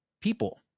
people